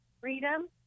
freedom